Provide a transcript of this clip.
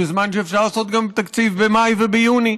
בזמן שאפשר לעשות תקציב גם במאי וביוני.